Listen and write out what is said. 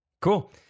Cool